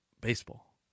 baseball